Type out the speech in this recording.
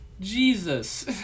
Jesus